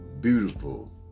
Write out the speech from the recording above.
beautiful